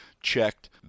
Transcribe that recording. checked